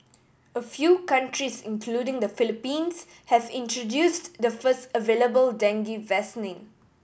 a few countries including the Philippines have introduced the first available dengue vaccine